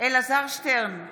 אלעזר שטרן,